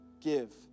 give